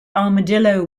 armadillo